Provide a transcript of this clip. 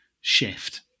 shift